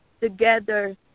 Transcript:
together